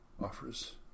offers